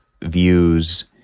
views